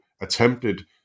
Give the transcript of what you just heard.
attempted